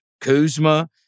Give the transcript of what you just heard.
Kuzma